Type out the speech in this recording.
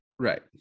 right